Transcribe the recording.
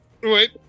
wait